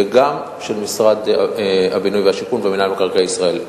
וגם של משרד הבינוי והשיכון ומינהל מקרקעי ישראל.